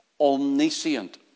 Omniscient